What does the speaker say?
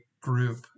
group